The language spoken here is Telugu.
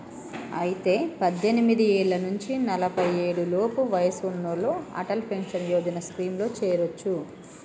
అయితే పద్దెనిమిది ఏళ్ల నుంచి నలఫై ఏడు లోపు వయసు ఉన్నోళ్లు అటల్ పెన్షన్ యోజన స్కీమ్ లో చేరొచ్చు